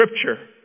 Scripture